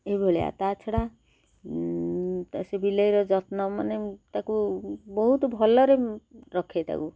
ଏଇଭଳିଆ ତା ଛଡ଼ା ତା ସେ ବିଲେଇର ଯତ୍ନ ମାନେ ତାକୁ ବହୁତ ଭଲରେ ରଖେ ତାକୁ